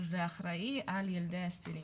ואחראי על ילדי אסירים.